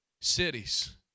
Cities